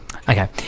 Okay